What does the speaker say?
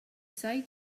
say